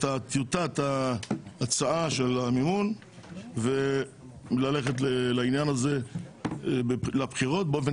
טיוטת ההצעה של המימון ללכת לבחירות באופן